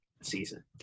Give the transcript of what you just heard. season